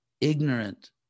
ignorant